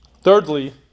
Thirdly